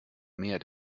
mehr